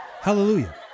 Hallelujah